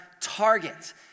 target